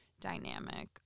dynamic